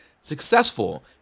successful